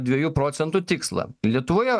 dviejų procentų tikslą lietuvoje